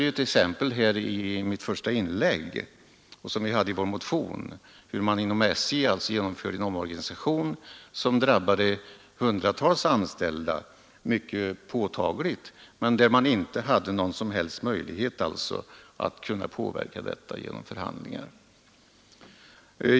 Jag redovisade i mitt första inlägg ett exempel — som vi gav i vår motion — på hur SJ genomförde en omorganisation. Den drabbade hundratals anställda mycket påtagligt, men det fanns inte någon som helst möjlighet att påverka detta genom förhandlingar.